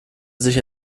sich